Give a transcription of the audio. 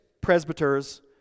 presbyters